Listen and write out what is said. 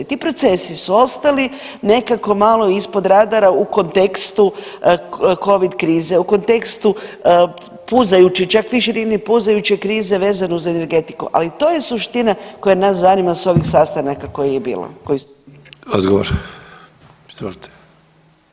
Ti procesi su ostali nekako malo ispod radara u kontekstu covid krize, u kontekstu puzajuće, čak više ni ne puzajuće krize vezano za energetiku, ali to je suština koja nas zanima s ovih sastanaka koji je bilo.